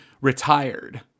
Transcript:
retired